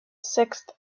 sixth